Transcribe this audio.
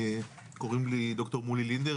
קוראים לי ד"ר מולי לינדר,